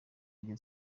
iryo